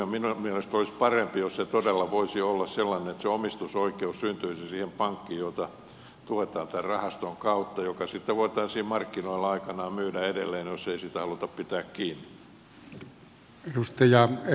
minun mielestäni olisi parempi jos se todella voisi olla sellainen että se omistusoikeus syntyisi siihen pankkiin jota tuetaan tämän rahaston kautta ja joka sitten voitaisiin markkinoilla aikanaan myydä edelleen jos ei siitä haluta pitää kiinni